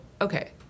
okay